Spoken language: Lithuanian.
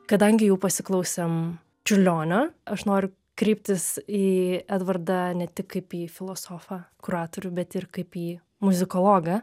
kadangi jau pasiklausėm čiurlionio aš noriu kreiptis į edvardą ne tik kaip į filosofą kuratorių bet ir kaip į muzikologą